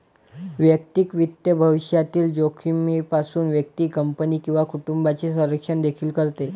वैयक्तिक वित्त भविष्यातील जोखमीपासून व्यक्ती, कंपनी किंवा कुटुंबाचे संरक्षण देखील करते